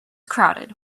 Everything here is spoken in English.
crowded